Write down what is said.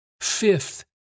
Fifth